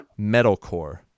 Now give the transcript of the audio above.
metalcore